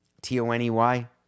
T-O-N-E-Y